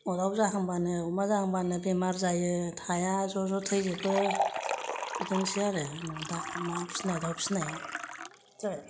अमा जाहांबानो बेमार जायो थाया ज'ज' थैजोबो बिदिनोसै आरो दा अमा फिसिनाय दाव फिसिनाया